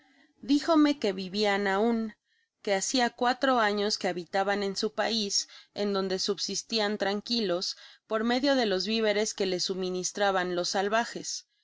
dijome que vivian aun que hacia cuatro afios que habitaban en su pais en donde subsistian tranquilos por medio de los viveres que les suministraban los salvajes